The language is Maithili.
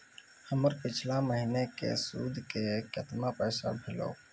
हमर पिछला महीने के सुध के केतना पैसा भेलौ?